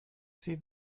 see